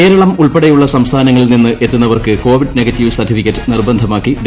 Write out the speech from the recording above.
കേരളമുൾപ്പെടെയുള്ള സംസ്ഥാനങ്ങളിൽ നിന്ന് എത്തുന്നവർക്ക് കോവിഡ് നെഗറ്റീവ് സർട്ടിഫിക്കറ്റ് നിർബന്ധമാക്കി ഡൽഹി സർക്കാർ